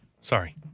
sorry